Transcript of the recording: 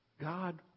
God